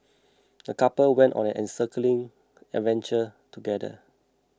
the couple went on an enriching adventure together